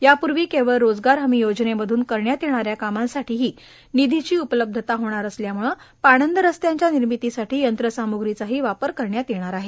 यापूर्वी केवळ रोजगार हमी योजनेमधून करण्यात येणाऱ्या कामांसाठीही निषीची उपलब्धता होणार असल्यामुळं पाणंद रस्पांच्या निर्मितीसाठी यंत्रसामुश्रीचाही वापर करता येणार आहे